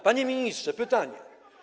Panie ministrze, pytanie.